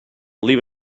leave